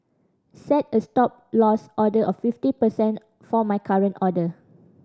set a Stop Loss order of fifty percent for my current order